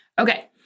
Okay